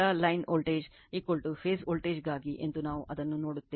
ಆದ್ದರಿಂದ ∆∆ line voltage phase ವೋಲ್ಟೇಜ್ಗಾಗಿ ಎಂದು ನಾವು ಅದನ್ನು ನೋಡುತ್ತೇವೆ